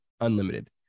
unlimited